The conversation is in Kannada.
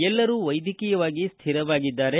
ಎಲ್ಲರೂ ವೈದ್ಯಕೀಯವಾಗಿ ಸ್ವಿರವಾಗಿದ್ದಾರೆ